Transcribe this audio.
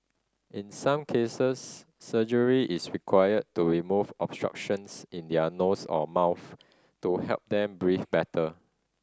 in some cases surgery is required to remove obstructions in their nose or mouth to help them breathe better